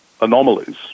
anomalies